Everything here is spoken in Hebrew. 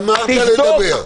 תבדוק.